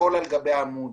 הכול על גבי המודם.